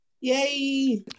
Yay